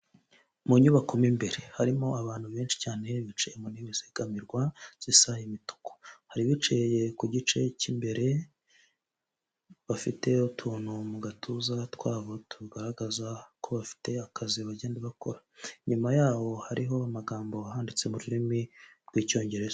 Mu nyubako mo imbere, harimo abantu benshi cyane bicaye mu ntebe zegamirwa zisa imituku, hari abicaye ku gice cy'imbere bafite utuntu mu gatuza twabo tugaragaza ko bafite akazi bagenda bakora, inyuma yaho hariho amagambo ahanditse mu rurimi rw'icyongereza.